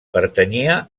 pertanyia